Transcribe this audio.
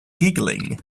giggling